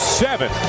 seven